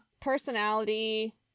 Personality